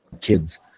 Kids